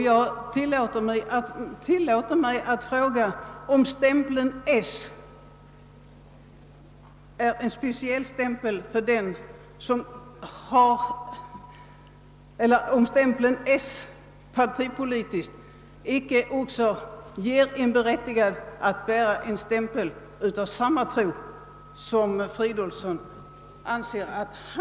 Jag tillåter mig att fråga, om den partipolitiska stämpeln icke gör en berättigad att ha samma tro som herr Fridolfsson anser sig ha.